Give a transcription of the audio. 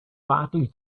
badly